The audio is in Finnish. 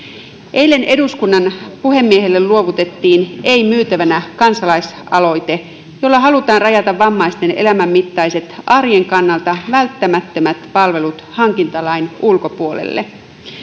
eilen eduskunnan puhemiehelle luovutettiin ei myytävänä kansalaisaloite jolla halutaan rajata vammaisten elämänmittaiset arjen kannalta välttämättömät palvelut hankintalain ulkopuolelle